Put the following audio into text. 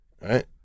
right